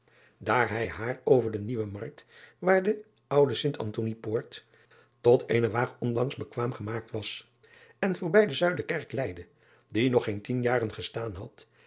daar hij haar over de ieuwe markt waar de oude t ntonie poort tot eene aag onlangs bekwaam gemaakt was en voorbij de uiderkerk leidde die nog geen tien jaren gestaan had